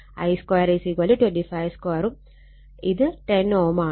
I 2 25 2 ഉം ഇത് 10 Ω ഉം ആണ്